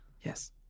Yes